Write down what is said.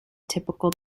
typical